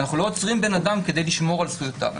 אנחנו לא עוצרים בן אדם כדי לשמור על זכויותיו.